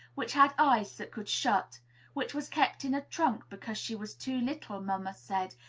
which had eyes that could shut which was kept in a trunk because she was too little, mamma said,